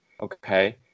Okay